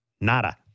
Nada